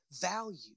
value